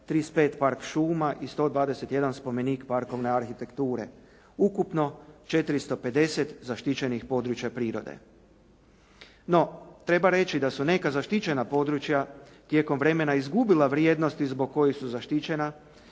35 park šuma i 121 spomenik parkovne arhitekture. Ukupno 450 zaštićenih područja prirode. No, treba reći da su neka zaštićena područja tijekom vremena izgubila vrijednosti zbog kojih su zaštićena,